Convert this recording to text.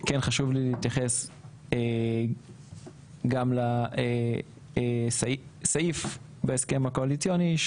כן חשוב לי להתייחס גם לסעיף בהסכם הקואליציוני,